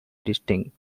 district